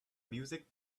music